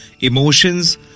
emotions